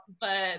but-